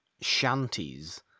shanties